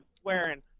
swearing